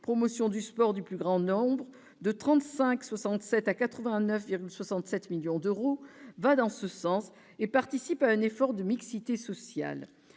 Promotion du sport du plus grand nombre, de 35,67 à 89,67 millions d'euros, va dans ce sens et participe de l'effort de mixité sociale.